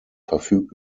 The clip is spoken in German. verfügt